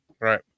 Right